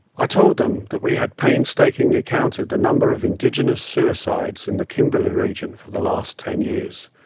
i told them that we had painstakingly counted the number of indigenous suicides in the kimberley region for the last ten years,